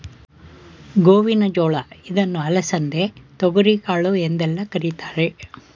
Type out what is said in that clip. ಗೋವಿನ ಜೋಳ ಇದನ್ನು ಅಲಸಂದೆ, ತೊಗರಿಕಾಳು ಎಂದೆಲ್ಲ ಕರಿತಾರೆ